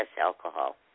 alcohol